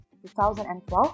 2012